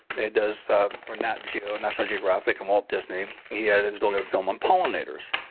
he does for nat geo, national geographic and walt disney. he had his donored film on pollinators,